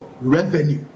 revenue